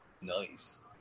nice